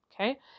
Okay